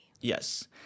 Yes